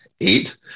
eight